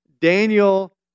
Daniel